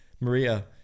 maria